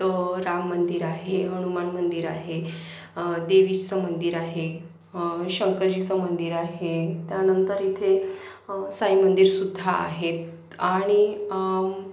राम मंदिर आहे हनुमान मंदिर आहे देवीचं मंदिर आहे शंकरजीचं मंदिर आहे त्यानंतर इथे साई मंदिरसुद्धा आहेत आणि